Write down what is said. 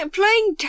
playing